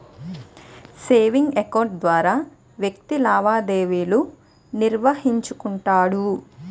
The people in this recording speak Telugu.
సేవింగ్స్ అకౌంట్ ద్వారా వ్యక్తి లావాదేవీలు నిర్వహించుకుంటాడు